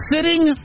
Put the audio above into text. Sitting